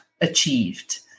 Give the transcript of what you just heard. achieved